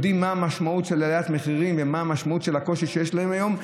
יודעים מה המשמעות של עליית מחירים ומה המשמעות של הקושי שיש להם היום.